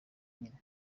nyine